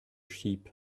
sheep